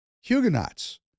huguenots